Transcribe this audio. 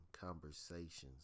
conversations